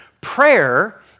Prayer